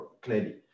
clearly